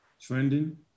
Trending